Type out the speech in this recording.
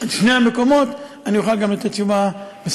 הם שני המקומות, אני אוכל גם לתת תשובה מסודרת.